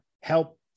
help